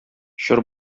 чор